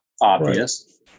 obvious